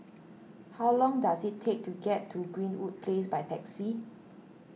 how long does it take to get to Greenwood Place by taxi